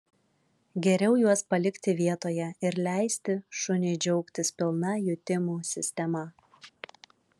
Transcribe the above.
geriau juos palikti vietoje ir leisti šuniui džiaugtis pilna jutimų sistema